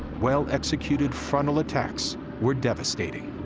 well-executed frontal attacks were devastating.